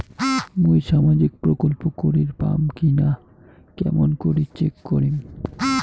মুই সামাজিক প্রকল্প করির পাম কিনা কেমন করি চেক করিম?